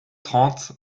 trente